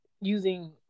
using